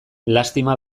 lastima